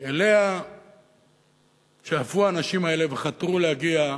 שאליה שאפו האנשים האלה וחתרו להגיע,